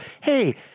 hey –